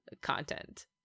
content